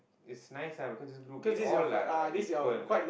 is nice ah because this group we all are like equal like